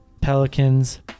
Pelicans